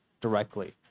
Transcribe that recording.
directly